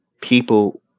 people